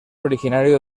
originario